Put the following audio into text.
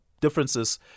differences